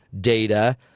data